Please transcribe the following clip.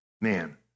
Man